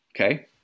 Okay